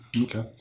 Okay